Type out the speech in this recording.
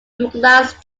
douglass